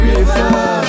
River